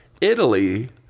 Italy